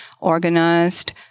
organized